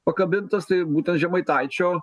pakabintas tai būtent žemaitaičio